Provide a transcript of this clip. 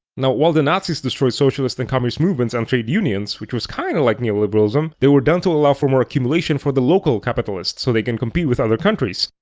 now, while the nazis destroyed socialist and communist movements, and trade unions, which was kinda kind of like neoliberalism, they were done to allow for more accumulation for the local capitalists so they can compete with other countries.